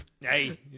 Hey